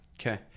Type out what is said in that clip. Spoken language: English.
Okay